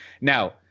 now